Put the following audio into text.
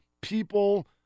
people-